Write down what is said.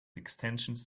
extensions